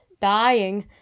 dying